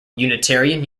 unitarian